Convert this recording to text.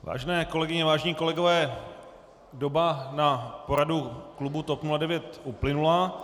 Vážené kolegyně, vážení kolegové, doba na poradu klubu TOP 09 uplynula.